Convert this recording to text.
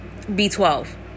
b12